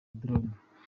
drone